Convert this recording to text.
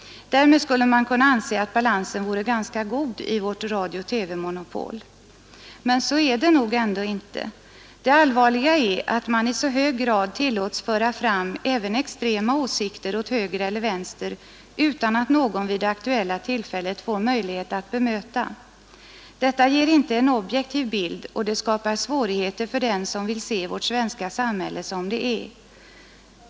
Därmed skulle man kunna anse, att balansen vore ganska god i vårt radiooch TV-mono pol. Men så är det nog ändå inte. Det allvarliga är, att man i så hög grad tillåts föra fram även extrema åsikter åt höger eller vänster utan att någon vid det aktuella tillfället får möjlighet att bemöta dem. Detta ger inte en objektiv bild, och det skapar svårigheter för den som vill se vårt svenska samhälle som det är.